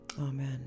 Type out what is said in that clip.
Amen